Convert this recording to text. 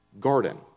garden